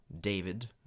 David